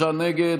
54 בעד, 63 נגד.